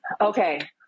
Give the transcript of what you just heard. Okay